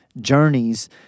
journeys